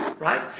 Right